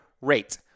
rate